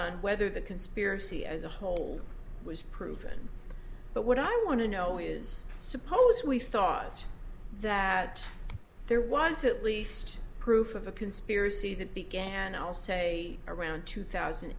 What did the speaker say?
on whether the conspiracy as a whole was proven but what i want to know is suppose we thought that there was at least proof of a conspiracy that began i'll say around two thousand